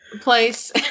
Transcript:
place